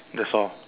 that's al